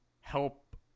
help –